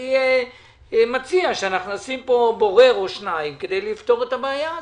אני מציע שאנחנו נשים פה בורר או שניים כדי לפתור את הבעיה הזאת.